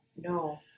no